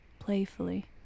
Playfully